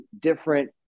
different